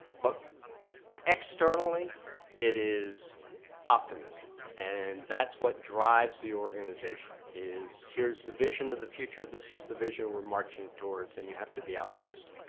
but externally it is optimism and that's what drives the organization is here's the vision of the future, this is the vision we're marching towards and you have to be optimistic.